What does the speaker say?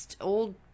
old